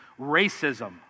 racism